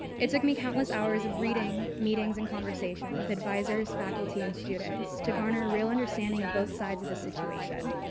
it took me countless hours of reading, meeting and conversations with advisors, faculty and students to garner real understanding of both sides of the situation.